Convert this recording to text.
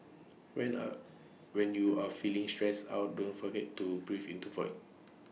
when are when you are feeling stressed out don't forget to breathe into void